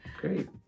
Great